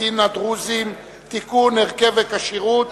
הארכת כהונה),